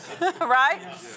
Right